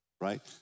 right